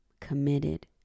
committed